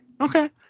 Okay